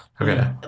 Okay